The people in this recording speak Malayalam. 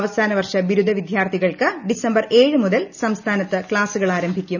അവസാന വർഷ ബിരുദ വിദ്യാർത്ഥികൾക്ക് ഡിസംബർ ഏഴ് മുതൽ സംസ്ഥാനത്ത് ക്ളാസ്സുകൾ ആരംഭിക്കും